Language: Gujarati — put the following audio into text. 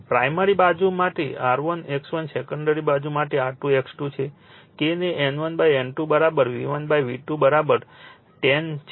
પ્રાઇમરી બાજુ માટે R1 X1 સેકન્ડરી બાજુ માટે R2 X2 છે K ને N1 N2 V1 V2 10 છે